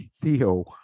theo